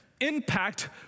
impact